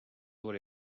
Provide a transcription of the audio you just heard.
sealt